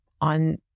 on